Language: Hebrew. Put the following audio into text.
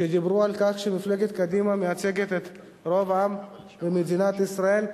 שדיברו על כך שמפלגת קדימה מייצגת את רוב העם במדינת ישראל.